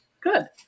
Good